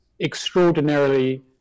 extraordinarily